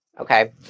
Okay